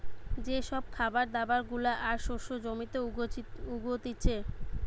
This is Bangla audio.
যে সব খাবার দাবার গুলা আর শস্য জমিতে উগতিচে